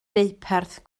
deuparth